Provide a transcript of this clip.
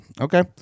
okay